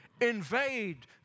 invade